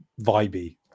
vibey